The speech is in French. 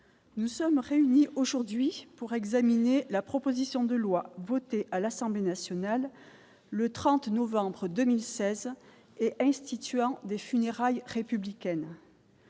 nous sommes réunis aujourd'hui pour examiner la proposition de loi votée à l'Assemblée nationale le 30 novembre 2016 et instituant des funérailles républicaine.